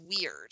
weird